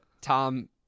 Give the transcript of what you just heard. Tom